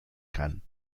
kann